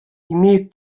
имеют